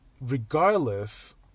Regardless